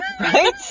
right